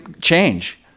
change